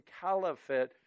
caliphate